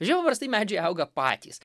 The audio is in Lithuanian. jo paprastai medžiai auga patys